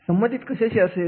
संबंधित कशाशी असेल